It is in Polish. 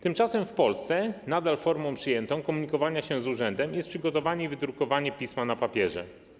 Tymczasem w Polsce nadal przyjętą formą komunikowania się z urzędem jest przygotowanie i wydrukowanie pisma na papierze.